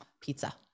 Pizza